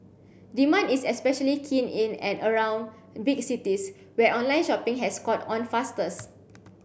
demand is especially keen in and around big cities where online shopping has caught on fastest